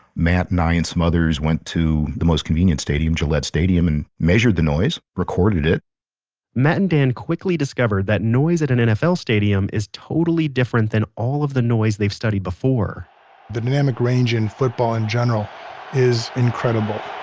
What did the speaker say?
matt, and i, and some others went to the most convenient stadium, gillette stadium, and measured the noise, recorded it matt and dan discovered that noise at an nfl stadium is totally different than all of the noise they've studied before the dynamic range in football in general is incredible.